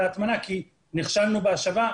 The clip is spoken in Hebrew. הכול הולך להטמנה כי נכשלנו בהשבה,